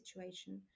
situation